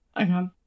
Okay